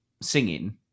singing